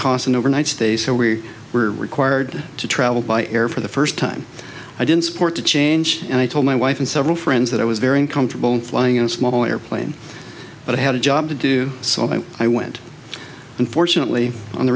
cost an overnight stay so we were required to travel by air for the first time i didn't support the change and i told my wife and several friends that i was very uncomfortable flying in a small airplane but i had a job to do so i went and fortunately on the